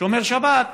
שומר שבת,